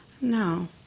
No